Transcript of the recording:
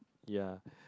ya